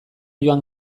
joan